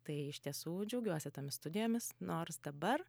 tai iš tiesų džiaugiuosi tomis studijomis nors dabar